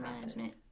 management